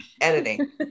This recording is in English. editing